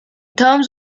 terms